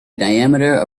diameter